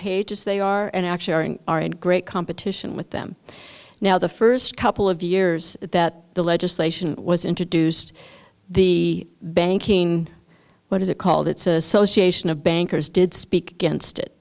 page as they are and actually are in great competition with them now the first couple of years that the legislation was introduced the banking what is it called its association of bankers did speak against it